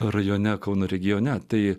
rajone kauno regione tai